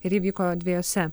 ir ji vyko dviejose